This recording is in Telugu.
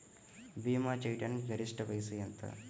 భీమా చేయాటానికి గరిష్ట వయస్సు ఎంత?